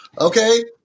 Okay